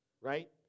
Right